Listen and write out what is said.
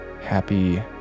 Happy